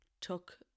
took